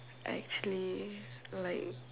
actually like